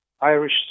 Irish